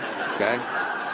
okay